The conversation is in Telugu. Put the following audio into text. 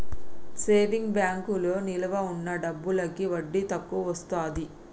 సేవింగ్ బ్యాంకులో నిలవ ఉన్న డబ్బులకి వడ్డీ తక్కువొస్తది